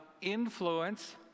influence